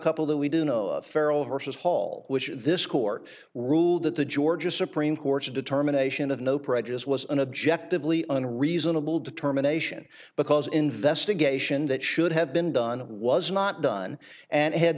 couple that we do know farrow versus hall which this court ruled that the georgia supreme court's determination of no prejudice was an objective lee and a reasonable determination because investigation that should have been done was not on and had